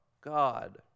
God